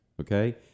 Okay